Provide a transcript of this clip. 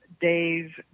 Dave